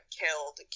killed